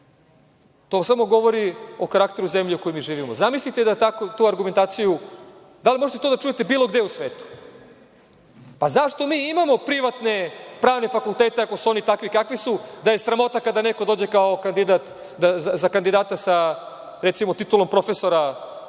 to samo govori o karakteru zemlje u kojoj mi živimo. Da li možete to da čujete bilo gde u svetu? Zašto mi imamo privatne pravne fakultete, ako su oni takvi kakvi su, da je sramota kada neko dođe za kandidata sa, recimo, titulom profesora pravnog